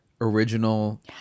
original